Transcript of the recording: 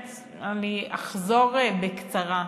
אני אחזור בקצרה.